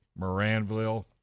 Moranville